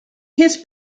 his